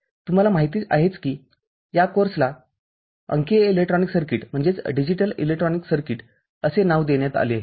तुम्हाला माहिती आहेच की या कोर्सला अंकीय इलेक्ट्रॉनिक सर्किट्स असे नाव देण्यात आले आहे